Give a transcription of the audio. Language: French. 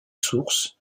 sources